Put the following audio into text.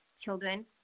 children